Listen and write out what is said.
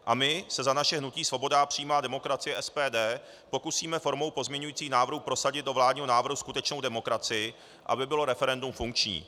A my se za naše hnutí Svoboda a přímá demokracie SPD pokusíme formou pozměňujících návrhů prosadit do vládního návrhu skutečnou demokracii, aby bylo referendum funkční.